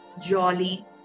jolly